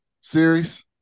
series